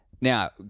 Now